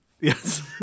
yes